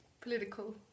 political